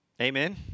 Amen